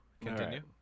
continue